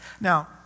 Now